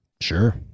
Sure